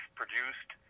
produced